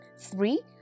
Three